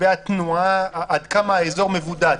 עד כמה האזור מבודד.